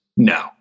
No